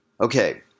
Okay